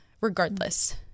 regardless